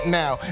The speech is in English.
now